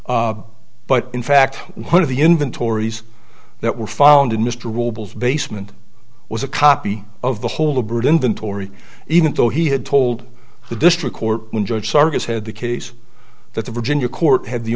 but in fact one of the inventories that were found in mr robles basement was a copy of the holabird inventory even though he had told the district court judge sarkis had the case that the virginia court had the